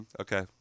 Okay